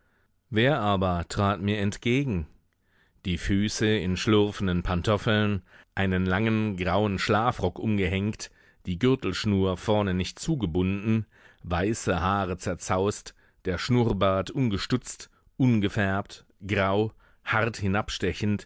wer aber trat mit entgegen die füße in schlurfenden pantoffeln einen langen grauen schlafrock umgehängt die gürtelschnur vorne nicht zugebunden weiße haare zerzaust der schnurrbart ungestutzt ungefärbt grau hart hinabstechend